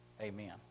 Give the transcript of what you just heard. Amen